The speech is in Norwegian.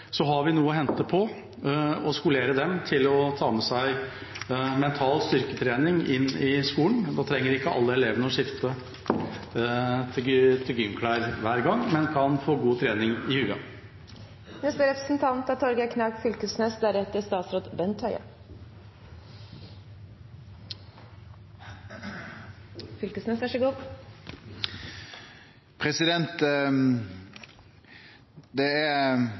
så er det å la kroppen og hodet og følelsesregisteret henge sammen. Når 60 pst. av kroppsøvingslærerne er faglærte og 40 pst. er ufaglærte, har vi noe å hente på å skolere dem til å ta med seg mental styrketrening inn i skolen. Da trenger ikke alle elevene å skifte til gymklær hver gang, men kan få god trening for hodet. Det er